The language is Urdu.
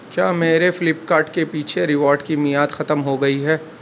کیا میرے فِلپکارٹ کے پیچھے ریوارڈ کی میعاد ختم ہو گئی ہے